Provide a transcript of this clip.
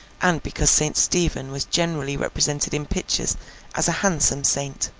and because st. stephen was generally represented in pictures as a handsome saint.